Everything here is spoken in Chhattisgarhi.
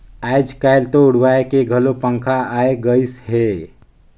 आयज कायल तो उड़वाए के घलो पंखा आये गइस हे